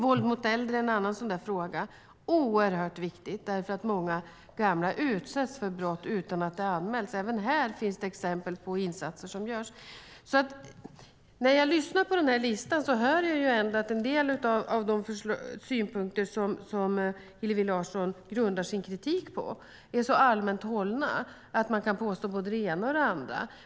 Våld mot äldre är en annan sådan fråga - oerhört viktig eftersom många gamla utsätts för brott utan att det anmäls. Även här finns det exempel på insatser som görs. När det gäller den lista som Hillevi Larsson läste upp och de synpunkter som hon grundar sin kritik på är de så allmänt hållna att man kan påstå både det ena och det andra.